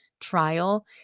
trial